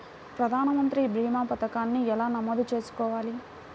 ప్రధాన మంత్రి భీమా పతకాన్ని ఎలా నమోదు చేసుకోవాలి?